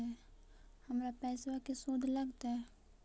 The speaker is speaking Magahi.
हमर पैसाबा के शुद्ध लगतै?